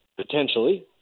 potentially